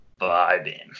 vibing